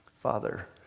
Father